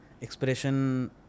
Expression